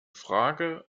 frage